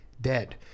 dead